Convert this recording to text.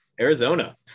Arizona